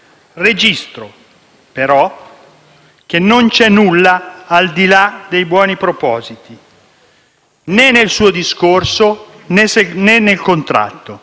Registro però che non c'è nulla al di là dei buoni propositi, né nel suo discorso, né nel contratto.